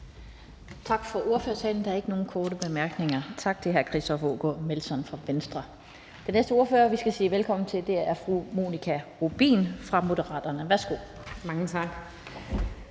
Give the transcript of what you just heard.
Tak for ordførertalen. Der er ikke nogen korte bemærkninger. Tak til hr. Christoffer Aagaard Melson fra Venstre. Den næste ordfører, vi skal sige velkommen til, er fru Monika Rubin fra Moderaterne. Værsgo. Kl.